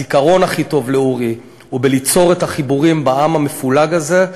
הזיכרון הכי טוב לאורי הוא בליצור את החיבורים בעם המפולג הזה.